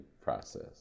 process